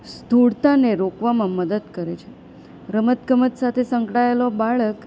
સ્થૂળતાને રોકવામાં મદદ કરે છે રમતગમત સાથે સંકળાયેલો બાળક